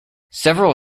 several